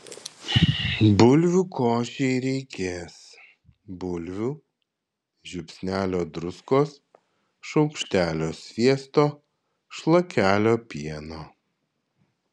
bulvių košei reikės bulvių žiupsnelio druskos šaukštelio sviesto šlakelio pieno